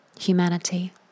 humanity